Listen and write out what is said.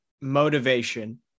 motivation